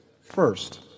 First